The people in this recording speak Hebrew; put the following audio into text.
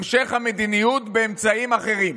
המשך המדיניות באמצעים אחרים.